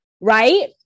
right